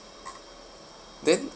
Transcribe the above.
then